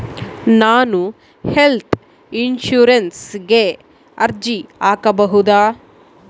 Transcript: ನಾನು ಹೆಲ್ತ್ ಇನ್ಶೂರೆನ್ಸಿಗೆ ಅರ್ಜಿ ಹಾಕಬಹುದಾ?